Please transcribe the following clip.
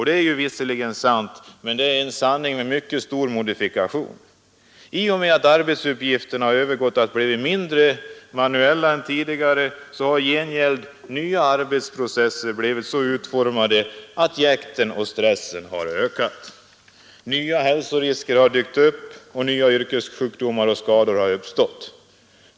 Det är visserligen sant, men det är en sanning med mycket stor modifikation. I och med att arbetsuppgifterna har övergått till att bli mindre manuella än tidigare har i gengäld nya arbetsprocesser blivit så utformade att jäktet och stressen har ökat. Nya hälsorisker har dykt upp, och nya yrkessjukdomar och skador har uppstått.